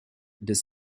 this